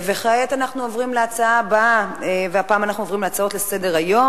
נעבור להצעות לסדר-היום,